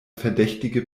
verdächtige